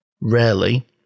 rarely